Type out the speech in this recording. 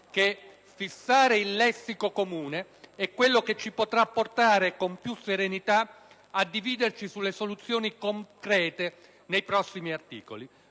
che fissare il lessico comune è quello che ci potrà portare con più serenità a dividerci sulle soluzioni concrete nei prossimi articoli.